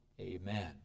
amen